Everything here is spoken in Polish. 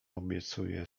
obiecuję